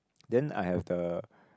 then I have the